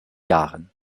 jahren